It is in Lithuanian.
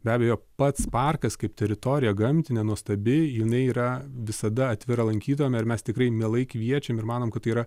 be abejo pats parkas kaip teritorija gamtinė nuostabi jinai yra visada atvira lankytojam ir mes tikrai mielai kviečiam ir manom kad tai yra